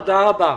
תודה רבה.